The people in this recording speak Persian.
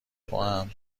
توام